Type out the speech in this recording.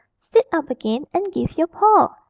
sit up again and give your paw,